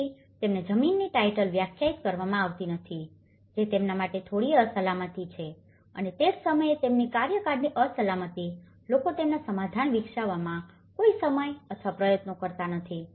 તેથી તેમને જમીનની ટાઈટલ વ્યાખ્યાયિત કરવામાં આવી નથી જે તેમના માટે થોડી અસલામતી છે અને તે જ સમયે તેમની કાર્યકાળની અસલામતી લોકો તેમના સમાધાન વિકસાવવામાં કોઈ સમય અથવા પ્રયત્નો કરતા નથી